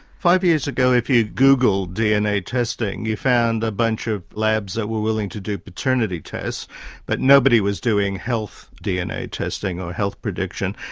five years ago if you googled dna testing you found a bunch of labs that were willing to do paternity tests but nobody was doing health dna testing or health prediction.